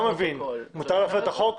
מותר להפר את החוק?